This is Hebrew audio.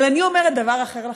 אבל אני אומרת דבר אחר לחלוטין,